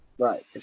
Right